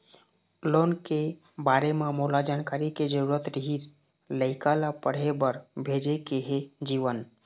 loan के बारे म मोला जानकारी के जरूरत रीहिस, लइका ला पढ़े बार भेजे के हे जीवन